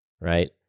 right